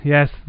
Yes